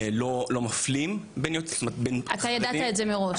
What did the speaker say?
גבוהה לא מפלה בין חרדים --- אתה ידעת את זה מראש,